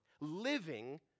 Living